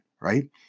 right